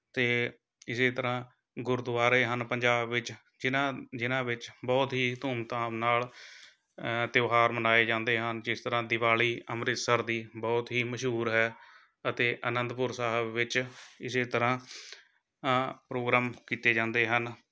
ਅਤੇ ਇਸੇ ਤਰ੍ਹਾਂ ਗੁਰਦੁਆਰੇ ਹਨ ਪੰਜਾਬ ਵਿੱਚ ਜਿਹਨਾਂ ਜਿਹਨਾਂ ਵਿੱਚ ਬਹੁਤ ਹੀ ਧੂਮਧਾਮ ਨਾਲ ਤਿਉਹਾਰ ਮਨਾਏ ਜਾਂਦੇ ਹਨ ਜਿਸ ਤਰ੍ਹਾਂ ਦਿਵਾਲੀ ਅੰਮ੍ਰਿਤਸਰ ਦੀ ਬਹੁਤ ਹੀ ਮਸ਼ਹੂਰ ਹੈ ਅਤੇ ਅਨੰਦਪੁਰ ਸਾਹਿਬ ਵਿੱਚ ਇਸੇ ਤਰ੍ਹਾਂ ਪ੍ਰੋਗਰਾਮ ਕੀਤੇ ਜਾਂਦੇ ਹਨ